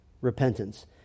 repentance